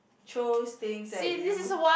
chose things that you